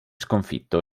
sconfitto